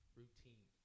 routine